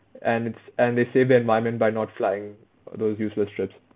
and it's and they save the environment by not flying those useless trips